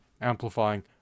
amplifying